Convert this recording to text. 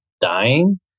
dying